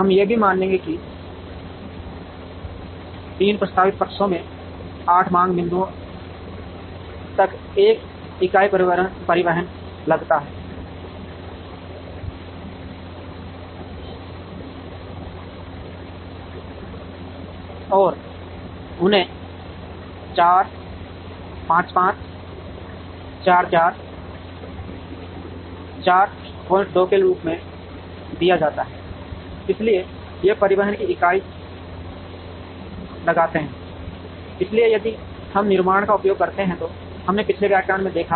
हम यह भी मानेंगे कि 3 प्रस्तावित पक्षों से 8 मांग बिंदुओं तक एक इकाई परिवहन लागत है और इन्हें 4 5 5 4 4 42 के रूप में दिया जाता है इसलिए ये परिवहन की इकाई लागतें हैं इसलिए यदि हम निर्माण का उपयोग करते हैं तो हमने पिछले व्याख्यान में देखा